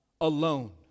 alone